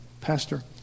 Pastor